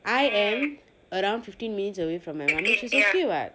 I am around fifteen minutes away from my mum which is okay what